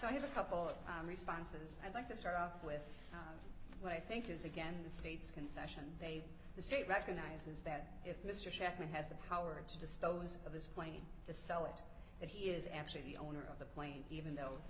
i have a couple of responses i'd like to start off with what i think is again the state's concession they the state recognizes that if mr chapman has the power to dispose of this plane to sell it that he is actually the owner of the plane even though the